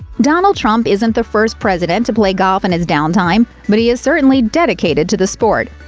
donald trump isn't the first president to play golf in his downtime, but he is certainly dedicated to the sport.